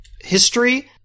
history